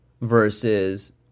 versus